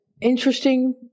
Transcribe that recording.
interesting